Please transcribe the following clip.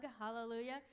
Hallelujah